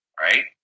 Right